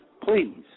please